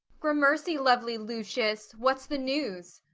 gramercy, lovely lucius. what's the news?